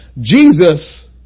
Jesus